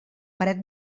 paret